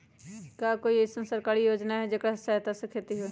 का कोई अईसन सरकारी योजना है जेकरा सहायता से खेती होय?